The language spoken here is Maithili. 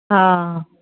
हँऽ